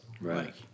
Right